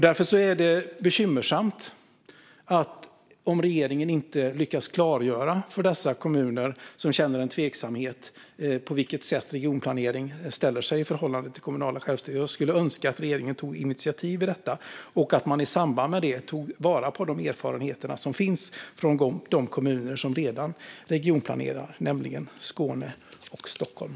Därför är det bekymmersamt om regeringen inte lyckas klargöra för de kommuner som känner en tveksamhet hur regionplanering ställer sig i förhållande till det kommunala självstyret. Jag skulle önska att regeringen tog initiativ i detta och att man i samband med det tog vara på de erfarenheter som finns från de kommuner som redan regionplanerar, nämligen Skåne och Stockholm.